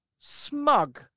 smug